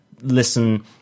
listen